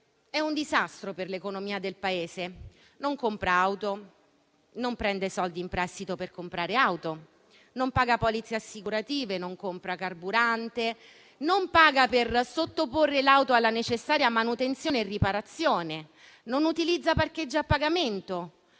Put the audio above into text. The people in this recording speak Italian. è un disastro per l'economia del Paese; non compra auto, quindi non prende soldi in prestito per acquistarne, non paga polizze assicurative, non compra carburante, non paga per sottoporre l'auto alle necessarie manutenzioni e riparazioni, non utilizza parcheggi a pagamento,